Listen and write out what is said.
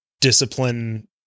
discipline